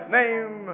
name